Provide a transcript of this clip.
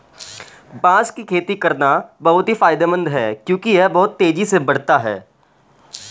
बांस की खेती करना बहुत ही फायदेमंद है क्योंकि यह बहुत तेजी से बढ़ता है